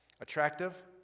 attractive